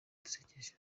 dusekeje